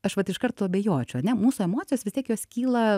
aš vat iškarto abejočiau ane mūsų emocijos vis tiek jos kyla